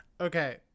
Okay